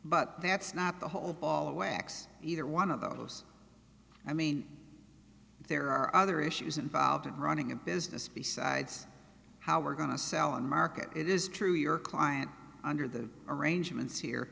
but that's not the whole ball of wax either one of those i mean there are other issues involved in running a business besides how we're going to sell and market it is true your client under the arrangements